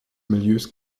milieus